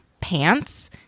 pants